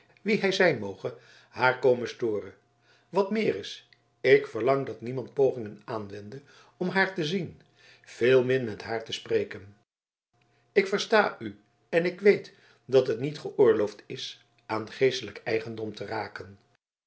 wie hij zijn moge haar kome storen wat meer is ik verlang dat niemand pogingen aanwende om haar te zien veelmin met haar te spreken ik versta u en ik weet dat het niet geoorloofd is aan geestelijk eigendom te raken